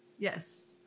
Yes